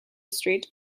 street